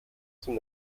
zum